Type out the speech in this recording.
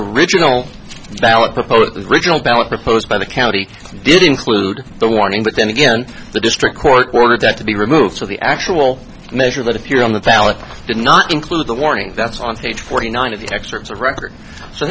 the original ballot proposed by the county did include the warning but then again the district court ordered that to be removed so the actual measure that if you're on the ballot did not include the warning that's on page forty nine of the excerpts of record so i